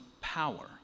power